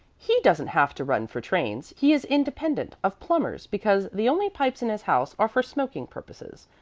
he doesn't have to run for trains he is independent of plumbers, because the only pipes in his house are for smoking purposes.